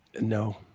No